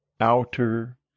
outer